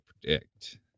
predict